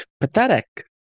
Pathetic